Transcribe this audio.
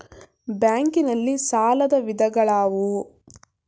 Bank ನಲ್ಲಿ ಸಾಲದ ವಿಧಗಳಾವುವು?